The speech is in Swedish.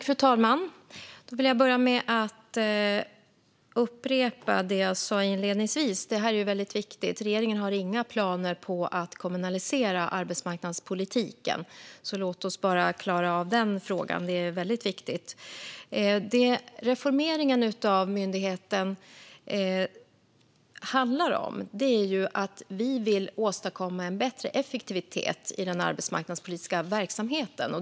Fru talman! Jag vill börja med att upprepa det jag sa inledningsvis. Det här är väldigt viktigt. Regeringen har inga planer på att kommunalisera arbetsmarknadspolitiken. Låt oss klara av den frågan! Det som reformeringen av myndigheten handlar om är att vi vill åstadkomma en bättre effektivitet i den arbetsmarknadspolitiska verksamheten.